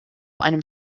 einem